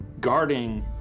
guarding